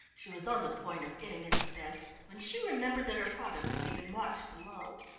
she was on the point of getting into bed when she remembered that her father was keeping watch below.